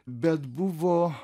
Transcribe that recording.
bet buvo